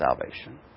salvation